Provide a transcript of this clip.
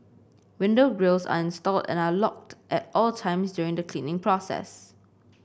window grilles are installed and are locked at all times during the cleaning process